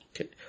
Okay